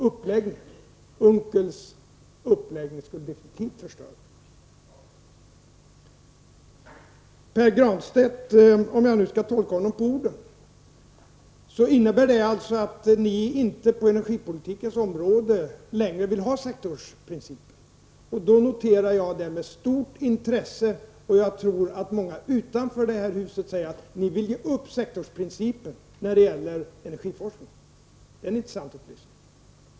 Unckels uppläggning skulle definitivt förstöra den. Om jag skall ta Pär Granstedt på orden vill centern inte längre tillämpa sektorsprincipen på energipolitikens område. Jag noterar då det med stort intresse. Jag tror att många utanför det här huset blir förvånade när ni säger att ni vill ge upp sektorsprincipen då det gäller energiforskningen. Det är en intressant upplysning.